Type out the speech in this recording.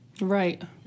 Right